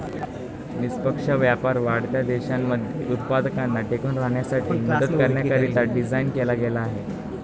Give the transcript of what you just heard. निष्पक्ष व्यापार वाढत्या देशांमध्ये उत्पादकांना टिकून राहण्यासाठी मदत करण्याकरिता डिझाईन केला गेला आहे